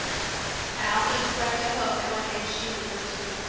i also expressed a hope that one day she would come too.